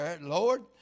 Lord